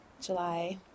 July